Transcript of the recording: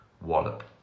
wallop